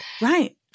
Right